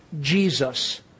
Jesus